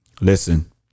Listen